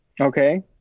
Okay